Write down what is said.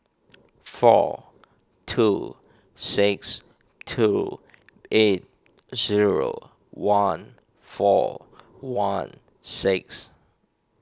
four two six two eight zero one four one six